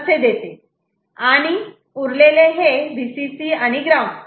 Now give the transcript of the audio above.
आणि उरलेले हे Vcc आणि ग्राउंड